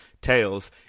tales